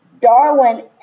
Darwin